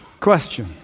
Question